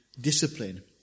discipline